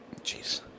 Jeez